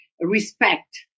respect